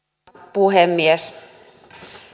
puhemies